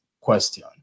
question